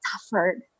suffered